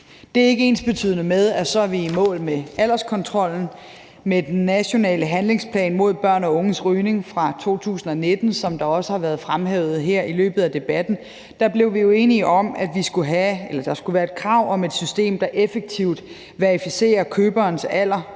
Det er ikke ensbetydende med, at vi så er i mål med alderskontrollen. Med den nationale handlingsplan mod børn og unges rygning fra 2019, som også har været fremhævet her i løbet af debatten, blev vi jo enige om, at der skulle være et krav om et system, der effektivt verificerer køberens alder